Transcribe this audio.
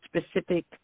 specific